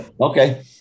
Okay